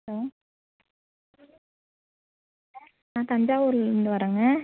hello நான் தஞ்சாவூரிலேருந்து வரறேங்க